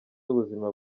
ubuzima